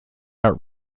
out